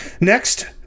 Next